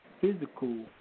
physical